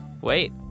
Wait